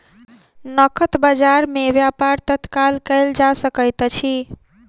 नकद बजार में व्यापार तत्काल कएल जा सकैत अछि